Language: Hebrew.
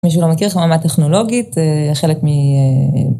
מישהו לא מכיר חממה טכנולוגית, חלק מ...